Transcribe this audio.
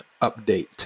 update